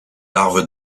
larves